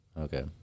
Okay